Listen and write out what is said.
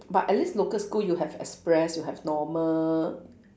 but at least local school you have express you have normal